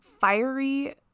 fiery